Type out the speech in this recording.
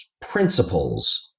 principles